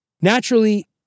Naturally